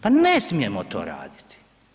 Pa ne smijemo to raditi.